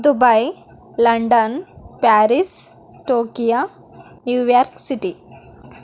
Dubai London Paris Tokyo New York city